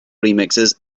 remixes